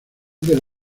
del